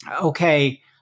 okay